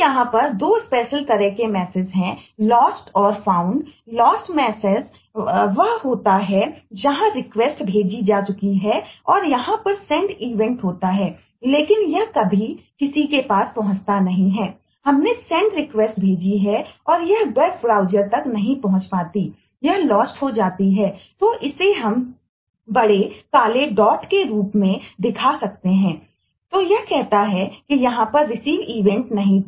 तो यहां पर दो स्पेशल तरह के मैसेज नहीं था